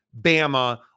Bama